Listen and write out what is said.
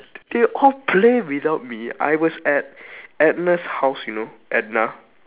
they all play without me I was at edna's house you know edna